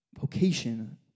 Vocation